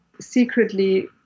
secretly